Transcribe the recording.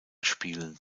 spielen